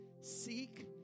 seek